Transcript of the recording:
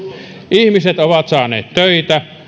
ihmiset ovat saaneet töitä